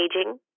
aging